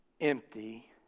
empty